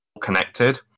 connected